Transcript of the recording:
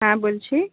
হ্যাঁ বলছি